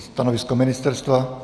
Stanovisko ministerstva?